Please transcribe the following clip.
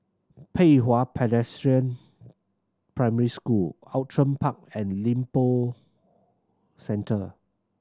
Pei Hwa Presbyterian Primary School Outram Park and Lippo Centre